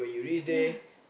ya